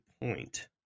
point